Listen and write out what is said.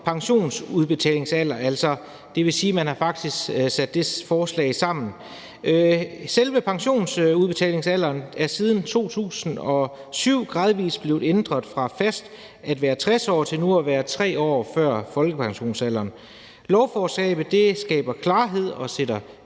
pensionsudbetalingsalder. Det vil altså sige, at begge dele er indeholdt i forslaget. Selve pensionsudbetalingsalderen er siden 2007 gradvis blevet ændret fra fast at være 60 år til nu at være 3 år før folkepensionsalderen. Lovforslaget skaber klarhed og sætter